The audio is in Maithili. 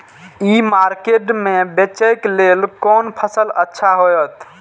ई मार्केट में बेचेक लेल कोन फसल अच्छा होयत?